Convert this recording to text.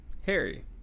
Harry